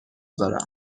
دارم